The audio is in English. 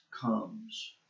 comes